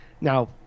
Now